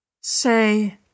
Say